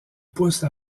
pousse